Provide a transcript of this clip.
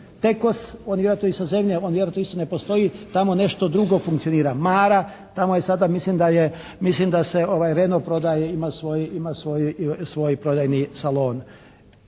«Tekos», on je vjerojatno i sa zemlje, on vjerojatno isto ne postoji. Tamo nešto drugo funkcionira. «Mara», tamo je sada, mislim da je, mislim da se «Renault» prodaje, ima svoj prodajni salon.